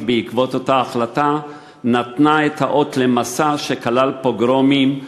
בעקבותיה נתנו את האות למסע שכלל פוגרומים,